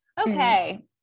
Okay